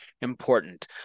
important